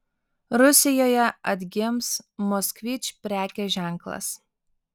rusijoje atgims moskvič prekės ženklas